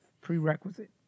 prerequisite